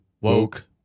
woke